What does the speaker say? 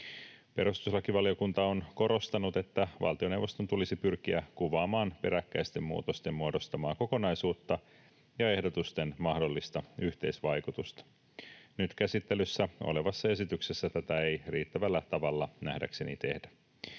Perustuslakivaliokunta on korostanut, että valtioneuvoston tulisi pyrkiä kuvaamaan peräkkäisten muutosten muodostamaa kokonaisuutta ja ehdotusten mahdollista yhteisvaikutusta. Nyt käsittelyssä olevassa esityksessä tätä ei riittävällä tavalla nähdäkseni tehdä.